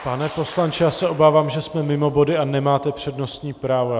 Pane poslanče , já se obávám, že jsme mimo body a nemáte přednostní právo.